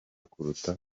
kuruta